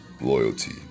Loyalty